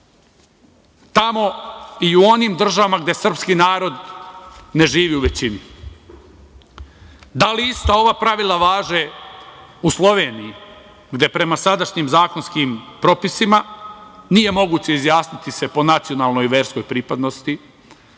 tamo i u onim državama gde srpski narod ne živi u većini? Da li ista ova pravila važe u Sloveniji, gde prema sadašnjim zakonskim propisima nije moguće izjasniti se po nacionalnoj i verskoj pripadnosti?